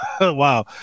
Wow